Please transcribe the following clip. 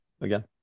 again